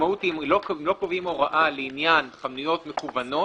המשמעות היא אם לא קובעים הוראה לעניין חנויות מקוונות,